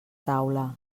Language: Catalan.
taula